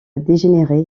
dégénérer